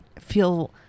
feel